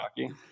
hockey